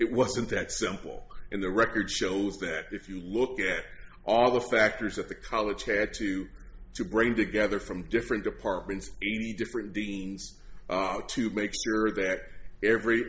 it wasn't that simple and the record shows that if you look at all the factors that the college had to to grade together from different departments eighty different deans to make sure that every